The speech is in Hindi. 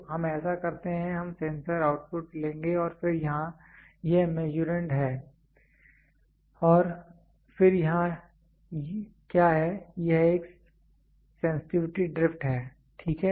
तो हम ऐसा करते हैं हम सेंसर आउटपुट लेंगे और फिर यहाँ यह मीसुरंड है और फिर यहाँ क्या है यह एक सेंसटिविटी ड्रिफ्ट है ठीक है